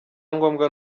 ngombwa